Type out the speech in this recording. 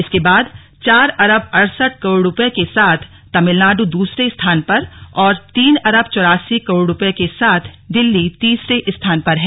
इसके बाद चार अरब अड़सठ करोड़ रूपये के साथ तमिलनाडु दूसरे स्थान पर और तीन अरब चौरासी करोड़ रूपये के साथ दिल्ली तीसरे स्थान पर है